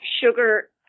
sugar